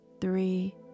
three